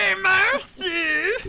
Mercy